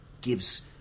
gives